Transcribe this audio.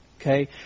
Okay